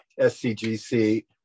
SCGC